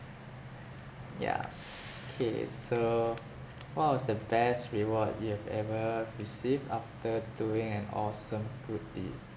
yeah K so what was the best reward you have ever received after doing an awesome good deed